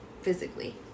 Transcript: physically